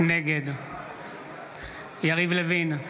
נגד יריב לוין,